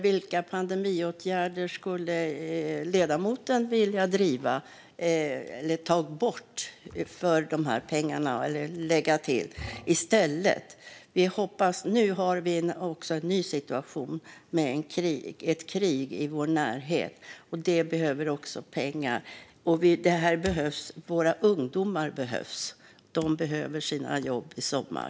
Vilka pandemiåtgärder skulle ledamoten vilja driva, ta bort eller lägga till i stället för dessa pengar? Nu har vi en ny situation med ett krig i vår närhet, och där behövs också pengar. Och våra ungdomar behövs. De behöver sina jobb i sommar.